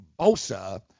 Bosa